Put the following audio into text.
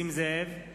נסים זאב,